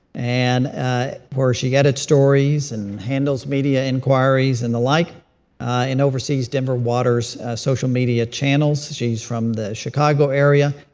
and ah where she edits stories and handles media inquiries and the like and oversees denver water's social media channels. she's from the chicago area.